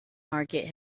market